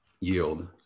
yield